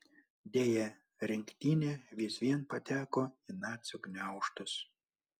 deja rinktinė vis vien pateko į nacių gniaužtus